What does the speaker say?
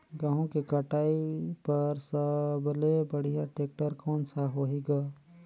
गहूं के कटाई पर सबले बढ़िया टेक्टर कोन सा होही ग?